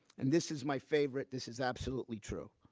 and this is my favorite. this is absolutely true.